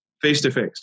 face-to-face